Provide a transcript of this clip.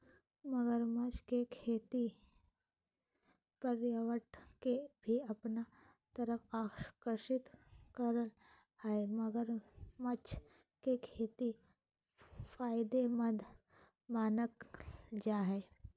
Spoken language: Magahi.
मगरमच्छ के खेती पर्यटक के भी अपना तरफ आकर्षित करअ हई मगरमच्छ के खेती फायदेमंद मानल जा हय